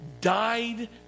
Died